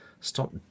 stop